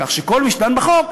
כך כל מי שדן בחוק,